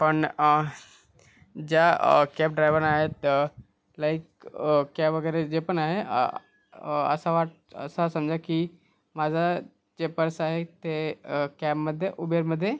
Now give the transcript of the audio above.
पण ज्या cab driver आहे तर लाईक कॅब वगैरे जे पण आहे असं वाट असं समजा की माझं जे पर्स आहे ते कॅबमध्ये उबेरमध्ये